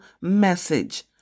message